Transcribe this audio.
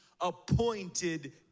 appointed